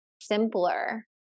simpler